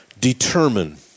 determine